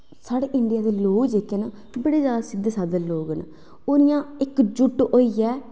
होर साढ़े इंडिया दे लोग जेह्के न ओह् बड़े सिद्धे सादे लोग न ओह् इंया इक्कजुट होइयै